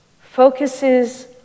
focuses